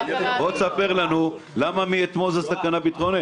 תספר לנו למה מאתמול זאת סכנה ביטחונית.